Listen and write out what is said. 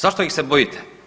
Zašto ih se bojite?